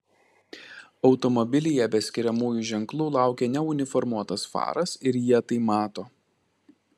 automobilyje be skiriamųjų ženklų laukia neuniformuotas faras ir jie tai mato